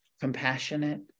compassionate